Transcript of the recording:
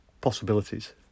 possibilities